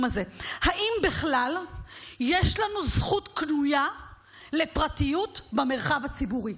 הזה: האם בכלל יש לנו זכות קנויה לפרטיות במרחב הציבורי?